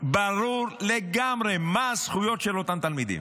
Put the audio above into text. ברור לגמרי מה הזכויות של אותם תלמידים.